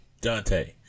Dante